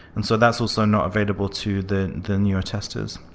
and so that's also not available to the the newer testers.